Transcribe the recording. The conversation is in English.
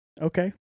Okay